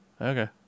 Okay